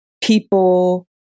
people